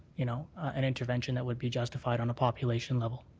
you know, an intervention that would be justified on the population level.